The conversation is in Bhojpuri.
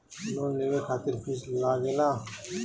लोन लेवे खातिर फीस लागेला?